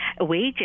wages